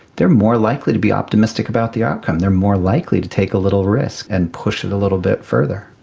they are more likely to be optimistic about the outcome, they are more likely to take a little risk and push it a little bit further.